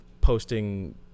posting